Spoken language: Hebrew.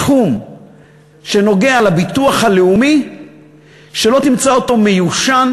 אין כמעט תחום שנוגע לביטוח הלאומי שלא תמצא אותו מיושן,